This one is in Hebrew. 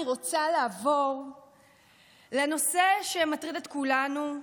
אני רוצה לעבור לנושא שמטריד את כולנו,